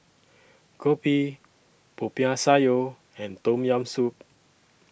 Kopi Popiah Sayur and Tom Yam Soup